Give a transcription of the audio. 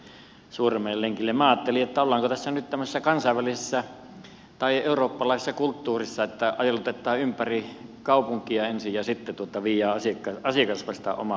minä ajattelin että ollaanko tässä nyt tämmöisessä kansainvälisessä tai eurooppalaisessa kulttuurissa että ajelutetaan ympäri kaupunkia ensin ja sitten vasta viedään asiakas omaan osoitteeseen